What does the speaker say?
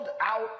out